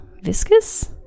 Viscous